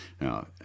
Now